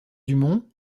dumont